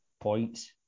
points